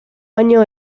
año